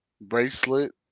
bracelet